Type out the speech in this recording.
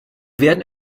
werden